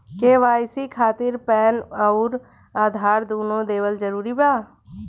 KYC खातिर PAN आउर आधार दुनों देवल जरूरी बा?